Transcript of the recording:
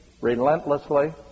relentlessly